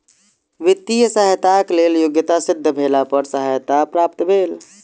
वित्तीय सहयताक लेल योग्यता सिद्ध भेला पर सहायता प्राप्त भेल